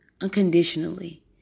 unconditionally